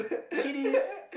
kitties